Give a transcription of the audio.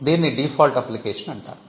దీన్ని default application అంటారు